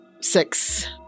six